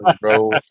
bro